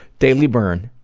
daily burn,